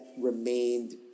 remained